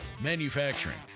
Manufacturing